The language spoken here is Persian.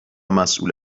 مسئول